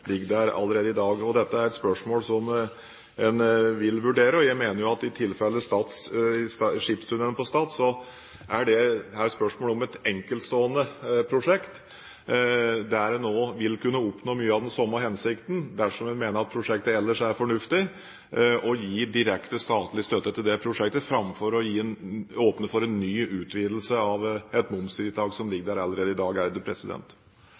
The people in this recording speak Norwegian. ligger der allerede i dag. Dette er et spørsmål som en vil vurdere. Jeg mener at i tilfellet Stad skipstunnel er det spørsmål om et enkeltstående prosjekt, der en også vil kunne oppnå mye av den samme hensikten, dersom en mener at prosjektet ellers er fornuftig, ved å gi det direkte statlig støtte framfor å åpne for en ny utvidelse av et momsfritak som ligger der allerede i dag.